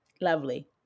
lovely